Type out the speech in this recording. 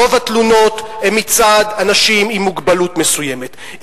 רוב התלונות הן מצד אנשים עם מוגבלות מסוימת,